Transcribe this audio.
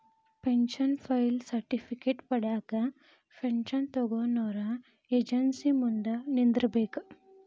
pension life certificate ಪಡ್ಯಾಕ pension ತೊಗೊನೊರ agency ಮುಂದ ನಿಂದ್ರಬೇಕ್